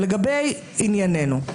(היו"ר שלמה קרעי, 09:51) לגבי עניינינו.